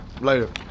Later